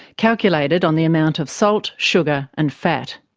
calculated on the amount of salt, sugar and fat.